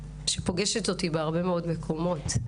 שפוגשת אותי בהרבה מאוד מקומות.